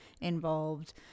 involved